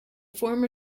former